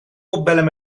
opbellen